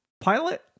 pilot